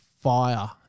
fire